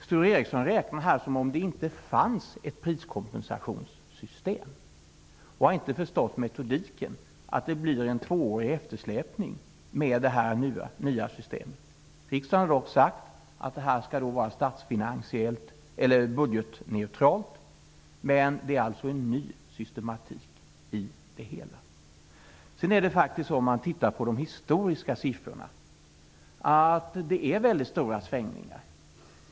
Sture Ericson räknar här som om det inte fanns ett priskompensationssystem och har inte förstått metodiken, att det blir en tvåårig eftersläpning med det nya systemet. Riksdagen har dock sagt att detta skall vara budgetneutralt. Men det är en ny systematik. Om man tittar på de historiska siffrorna ser man att det är mycket stora svängningar.